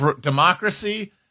democracy